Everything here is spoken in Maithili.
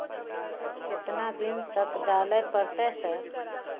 केतना दिन तक डालय परतै सर?